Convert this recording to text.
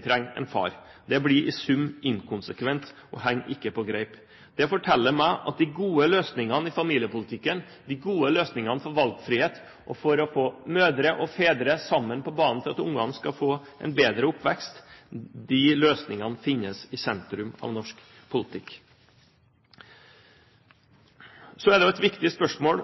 trenger ikke en far. Det blir i sum inkonsekvent og henger ikke på greip. Det forteller meg at de gode løsningene i familiepolitikken, de gode løsningene for valgfrihet og for å få mødre og fedre sammen på banen, slik at ungene skal få en bedre oppvekst, finnes i sentrum av norsk politikk. Så er det viktig å arbeide videre med å komme i mål med opptjeningsretten for fedre og